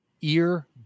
Ear